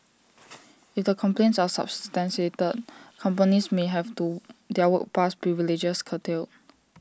if the complaints are substantiated companies may have to their work pass privileges curtailed